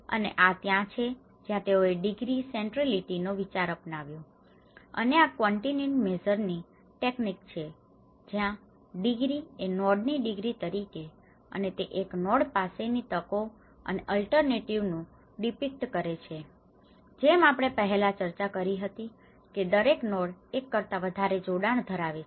અને આ ત્યાં છે જ્યાં તેઓએ ડિગ્રી સેન્ટ્ર્રલીટી નો વિચાર અપનાવ્યો છે અને આ કવોન્ટિટીવ મેઝર ની ટેક્નિક છે જ્યાં ડિગ્રી એ નોડ ની ડિગ્રી તરીકે અને તે એક નોડ પાસેની તકો અને અલ્ટરનેટિવ નું ડીપીકટ કરે છે જેમ આપણે પહેલા ચર્ચા કરી હતી કે દરેક નોડ એક કરતા વધારે જોડાણ ધરાવે છે